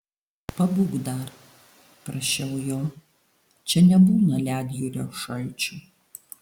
pabūk dar prašiau jo čia nebūna ledjūrio šalčių